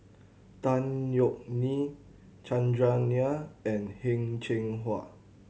Tan Yeok Nee Chandran Nair and Heng Cheng Hwa